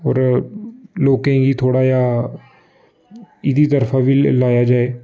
होर लोकें गी थोह्ड़ा जेहा एह्दी तरफ बी लाया जाए